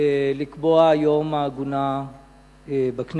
לקבוע את יום העגונה בכנסת.